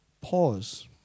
pause